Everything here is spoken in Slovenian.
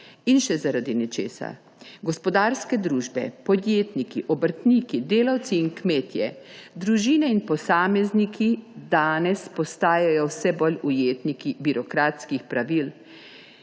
In še zaradi nečesa. Gospodarske družbe, podjetniki, obrtniki, delavci in kmetje, družine in posamezniki danes vse bolj postajajo ujetniki birokratskih pravil,